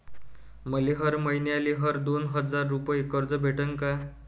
मले हर मईन्याले हर दोन हजार रुपये कर्ज भेटन का?